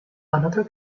another